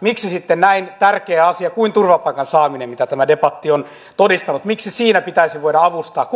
miksi sitten näin tärkeässä asiassa kuin turvapaikan saaminen mitä tämä debatti on todistanut pitäisi kenen tahansa voida avustaa